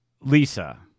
Lisa